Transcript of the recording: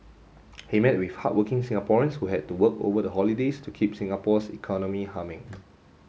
he met with hard working Singaporeans who had to work over the holidays to keep Singapore's economy humming